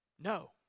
No